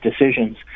decisions